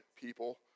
people